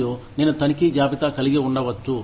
మరియు నేను తనిఖీ జాబితా కలిగి ఉండవచ్చు